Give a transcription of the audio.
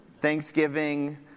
Thanksgiving